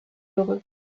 heureux